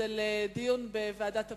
לדיון בוועדת הפנים,